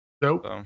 Nope